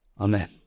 Amen